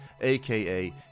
AKA